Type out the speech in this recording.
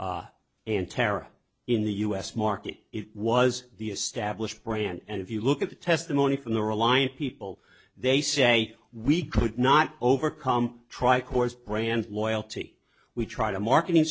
before and terra in the us market it was the established brand and if you look at the testimony from the reliant people they say we could not overcome try course brand loyalty we try to marketing